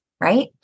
right